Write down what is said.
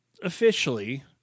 officially